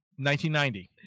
1990